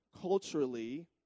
culturally